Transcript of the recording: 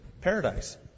paradise